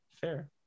fair